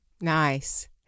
Nice